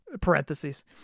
parentheses